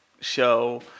show